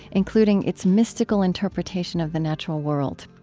including its mystical interpretation of the natural world.